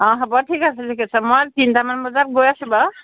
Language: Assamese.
অঁ হ'ব ঠিক আছে ঠিক আছে মই তিনিটামান বজাত গৈ আছোঁ বাৰু